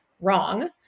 Wrong